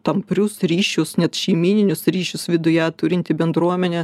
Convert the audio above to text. tamprius ryšius net šeimyninius ryšius viduje turinti bendruomenė